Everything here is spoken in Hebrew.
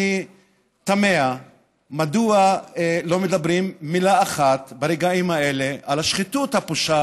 אני תמה מדוע לא מדברים מילה אחת ברגעים האלה על השחיתות הפושה